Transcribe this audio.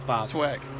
Swag